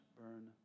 burn